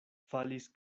falis